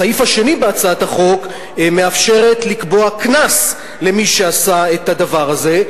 הסעיף השני בהצעת החוק מאפשר לקבוע קנס למי שעשה את הדבר הזה.